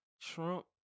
Trump